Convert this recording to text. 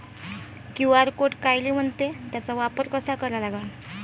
QR code कायले म्हनते, त्याचा वापर कसा करा लागन?